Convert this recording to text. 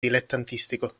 dilettantistico